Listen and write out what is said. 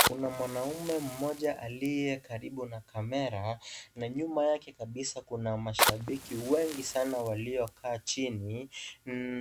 Kuna mwanaume mmoja aliye karibu na kamera na nyuma yake kabisa kuna mashabiki wengi sana walioketi chini